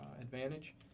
advantage